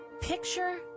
Picture